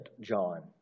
John